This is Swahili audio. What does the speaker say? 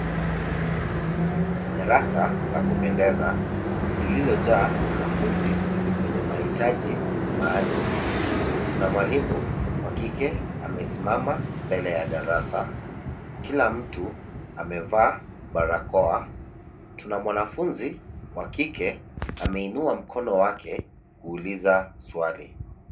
Darasa la kupendeza lililojaa wanafunzi wenye mahitaji maalum. Tuna mwalimu wa kike amesimama mbele ya darasa. Kila mtu amevaa barakoa. Tuna mwanafunzi wa kike ameinua mkono wake kuuliza swali.